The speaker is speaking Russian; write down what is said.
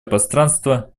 пространство